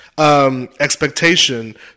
Expectation